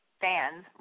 fans